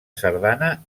sardana